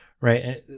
right